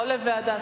מליאה.